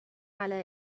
على